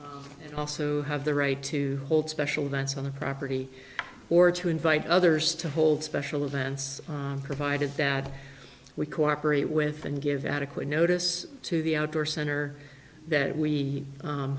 trails and also have the right to hold special events on the property or to invite others to hold special events provided that we cooperate with and give adequate notice to the outdoor center that we